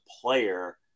player